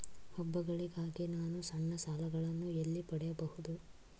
ಹಬ್ಬಗಳಿಗಾಗಿ ನಾನು ಸಣ್ಣ ಸಾಲಗಳನ್ನು ಎಲ್ಲಿ ಪಡೆಯಬಹುದು?